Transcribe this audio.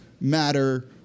matter